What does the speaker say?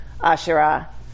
Asherah